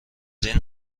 این